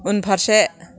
उनफारसे